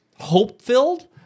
hope-filled